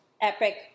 epic